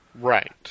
Right